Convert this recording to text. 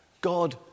God